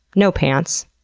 no pants.